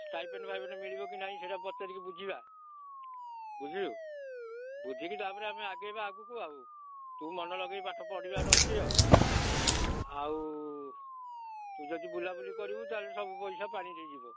stipend ଫାଇପେଣ୍ଡ୍ ମିଳିବ କି ନାହିଁ ସେଇଟା ପଚାରିକି ବୁଝିବା ବୁଝିଲୁ ବୁଝିକି ତା'ପରେ ଆମେ ଆଗେଇବା ଆଗକୁ ଆଉ ତୁ ମନ ଲଗେଇକି ପାଠ ପଢ଼ିବାର ଅଛି ଆଉ ଆଉ ତୁ ଯଦି ବୁଲା ବୁଲି କରିବୁ ତା'ହେଲେ ସବୁ ପଇସା ପାଣିରେ ଯିବ